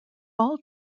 all